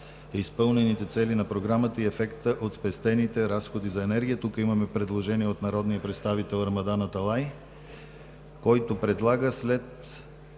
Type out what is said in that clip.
изпълнените цели на Програмата и ефекта от спестените разходи за енергия.“ Тук имаме предложение от народния представител Рамадан Аталай, който предлага след